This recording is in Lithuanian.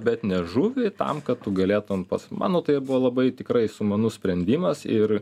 bet ne žuvį tam kad tu galėtum manau tai buvo labai tikrai sumanus sprendimas ir